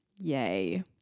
Yay